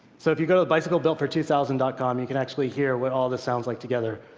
so if you go to the bicyclebuiltfortwothousand dot com you can actually hear what all this sounds like together.